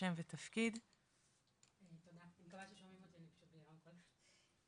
אני מהקהילה לקידום ספורט נשים,